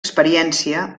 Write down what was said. experiència